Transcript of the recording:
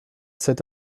sept